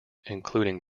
including